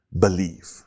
believe